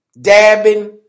dabbing